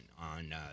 on